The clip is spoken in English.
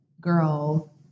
girl